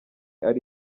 ari